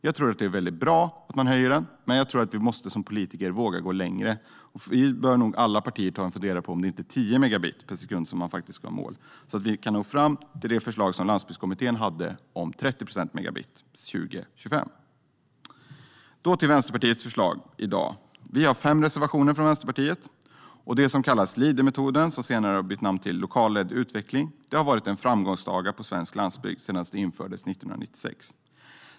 Jag tror att det är väldigt bra att man höjer den, men jag tror att vi som politiker måste våga gå längre. Alla partier bör nog ta en funderare på om det inte är 10 megabit per sekund man faktiskt ska ha som mål, så att vi kan nå fram till Landsbygdskommitténs förslag om 30 megabit år 2025. Jag går över till Vänsterpartiets förslag i dag. Vänsterpartiet har fem reservationer. Det som kallas Leadermetoden, vilken senare har bytt namn till lokalt ledd utveckling, har varit en framgångssaga på svensk landsbygd sedan den infördes 1996.